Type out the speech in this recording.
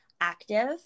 active